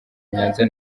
nyanza